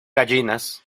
gallinas